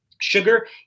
Sugar